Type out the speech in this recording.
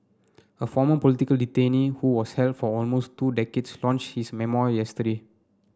a former political detainee who was held for almost two decades launch his memoir yesterday